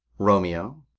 romeo.